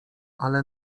ale